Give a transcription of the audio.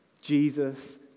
Jesus